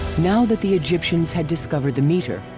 now that the egyptians had discovered the meter,